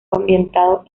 ambientado